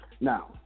now